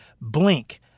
Blink